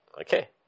Okay